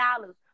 dollars